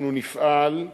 אנחנו נפעל,